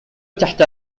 تحت